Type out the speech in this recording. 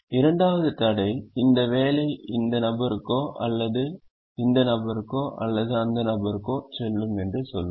இரண்டாவது தடை இந்த வேலை இந்த நபருக்கோ அல்லது இந்த நபருக்கோ அல்லது இந்த நபருக்கோ செல்லும் என்று சொல்லும்